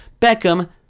Beckham